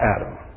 Adam